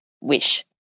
wish